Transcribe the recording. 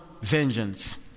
vengeance